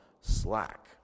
slack